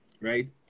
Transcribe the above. right